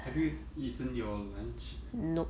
have you eaten your lunch